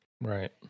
Right